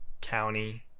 County